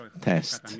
test